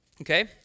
okay